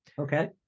Okay